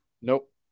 Nope